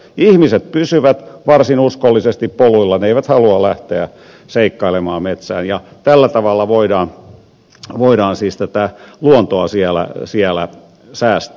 ihmiset pysyvät varsin uskollisesti poluilla he eivät halua lähteä seikkailemaan metsään ja tällä tavalla voidaan siis tätä luontoa siellä säästää